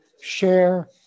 share